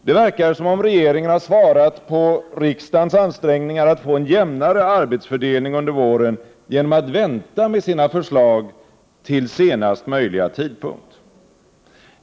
Det verkar som om regeringen har svarat på riksdagens ansträngningar att få en jämnare arbetsfördelning under våren genom att vänta med sina förslag till senast möjliga tidpunkt.